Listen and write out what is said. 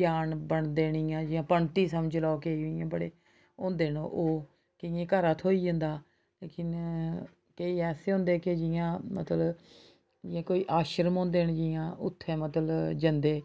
ज्ञान बंडदे न इ'यां जि'यां पंत गै समझी लैओ कि ओह् बड़े होंदे न ओह् केइयें घरै दा थ्होई जंदा ते केईं ऐसे होंदे कि जि'यां मतलब जि'यां कोई आश्रम होंदे न जि'यां उत्थै मतलब जंदे